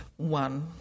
One